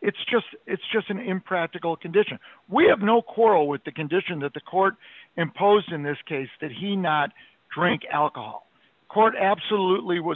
it's just it's just an impractical condition we have no quarrel with the condition that the court imposed in this case that he not drink alcohol court absolutely was